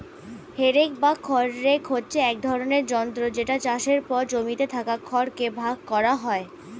হে rake বা খড় rake হচ্ছে এক ধরণের যন্ত্র যেটা চাষের পর জমিতে থাকা খড় কে ভাগ করা হয়